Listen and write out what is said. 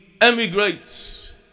emigrates